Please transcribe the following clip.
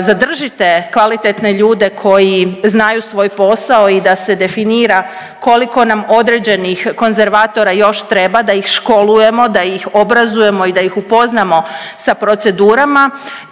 zadržite kvalitetne ljudi koji znaju svoj posao i da se definira koliko nam određenih konzervatora još treba da ih školujemo, da ih obrazujemo i da ih upoznamo sa procedurama